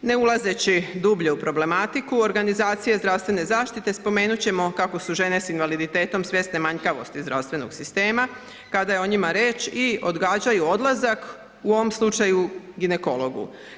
Ne ulazeći dublje u problematiku organizacije zdravstvene zaštite, spomenuti ćemo kako su žene s invaliditetom svjesne manjkavosti zdravstvenog sustava kada je o njima riječ i odgađaju odlazak u ovom slučaju ginekologu.